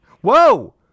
Whoa